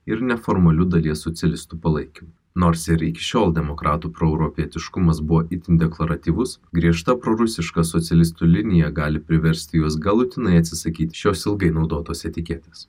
ir neformaliu dalies socialistų palaikymu nors ir iki šiol demokratų proeuropietiškumas buvo itin dekoratyvus griežta prorusiška socialistų linija gali priversti juos galutinai atsisakyti šios ilgai naudotos etiketės